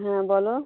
হ্যাঁ বলো